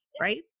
right